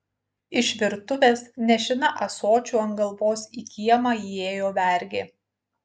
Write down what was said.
iš virtuvės nešina ąsočiu ant galvos į kiemą įėjo vergė